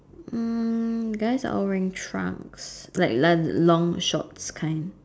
mm guys are all wearing trunks like la~ long shorts kind